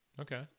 Okay